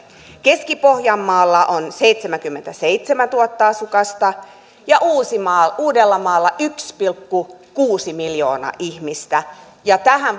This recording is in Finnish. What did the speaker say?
keski pohjanmaalla on seitsemänkymmentäseitsemäntuhatta asukasta ja uudellamaalla yksi pilkku kuusi miljoonaa ihmistä ja tähän